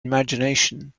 imagination